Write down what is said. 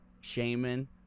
Shaman